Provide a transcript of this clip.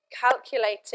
Calculating